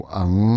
ang